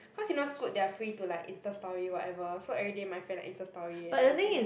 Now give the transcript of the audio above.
cause you know Scoot they are free to like Insta story whatever so everyday my friend like Insta story and everything